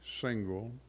single